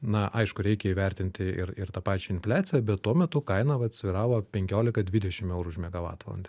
na aišku reikia įvertinti ir ir tą pačią infliaciją bet tuo metu kaina vat svyravo penkiolika dvidešim eurų už megavatvalandę